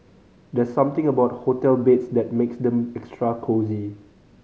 there's something about hotel beds that makes them extra cosy